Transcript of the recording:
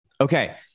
Okay